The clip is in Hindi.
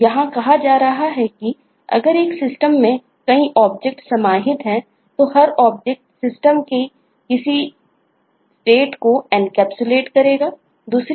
यह कहा जा रहा है कि अगर एक सिस्टम लेगी